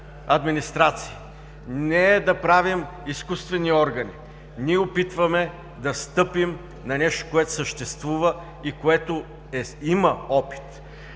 администрации, не е да правим изкуствени органи. Ние опитваме да стъпим на нещо, което съществува и което има опит,